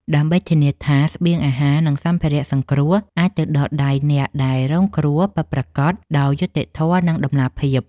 ដើម្បីធានាថាស្បៀងអាហារ និងសម្ភារៈសង្គ្រោះអាចទៅដល់ដៃអ្នកដែលរងគ្រោះពិតប្រាកដដោយយុត្តិធម៌ និងតម្លាភាព។